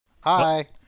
Hi